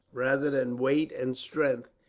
rather than weight and strength,